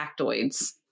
factoids